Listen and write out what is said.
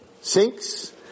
sinks